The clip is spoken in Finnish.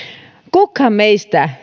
kukaan meistä